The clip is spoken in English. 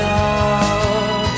out